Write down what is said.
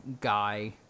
Guy